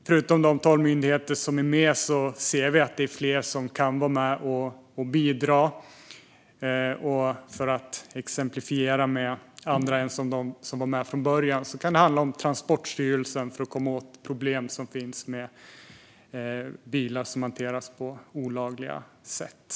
Förutom de tolv myndigheter som är med ser vi att fler kan vara med och bidra - jag kan exemplifiera med Transportstyrelsen, som kan hjälpa till när det gäller de problem som finns med bilar som hanteras på olagliga sätt.